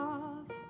off